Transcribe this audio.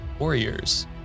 Warriors